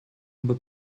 aber